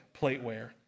plateware